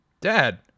Dad